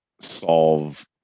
solve